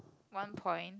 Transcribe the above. one point